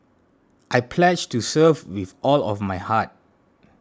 I pledge to serve with all my heart